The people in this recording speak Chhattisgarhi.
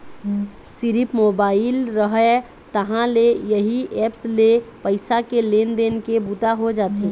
सिरिफ मोबाईल रहय तहाँ ले इही ऐप्स ले पइसा के लेन देन के बूता हो जाथे